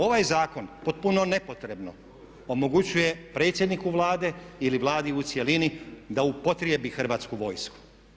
Ovaj zakon potpuno nepotrebno omogućuje predsjedniku Vlade ili Vladi u cjelini da upotrijebi Hrvatsku vojsku.